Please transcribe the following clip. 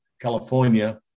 California